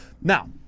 Now